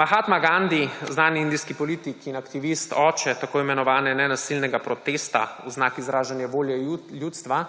Mahatma Gandhi, znani indijski politik in aktivist, oče tako imenovanega nenasilnega protesta v znak izražanje volje ljudstva,